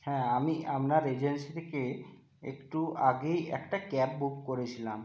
হ্যাঁ আমি আপনার এজেন্সি থেকে একটু আগেই একটা ক্যাব বুক করেছিলাম